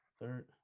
Third